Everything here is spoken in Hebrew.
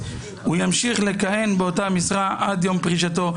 הוא ימשיך לכהן באותה משרה עד יום פרישתו,